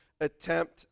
attempt